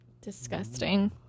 Disgusting